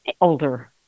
older